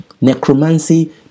necromancy